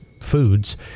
foods